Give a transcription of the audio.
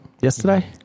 yesterday